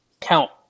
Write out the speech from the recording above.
count